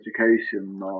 education